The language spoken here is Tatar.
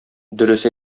дөрес